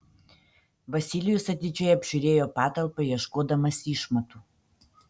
vasilijus atidžiai apžiūrėjo patalpą ieškodamas išmatų